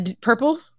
purple